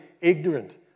ignorant